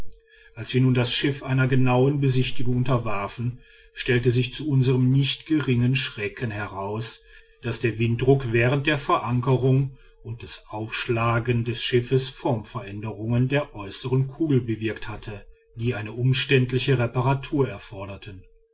als wir nun das schiff einer genauen besichtigung unterwarfen stellte sich zu unserm nicht geringen schrecken heraus daß der winddruck während der verankerung und das aufschlagen des schiffes formveränderungen der äußeren kugel bewirkt hatten die eine umständliche reparatur erforderten